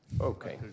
Okay